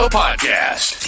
podcast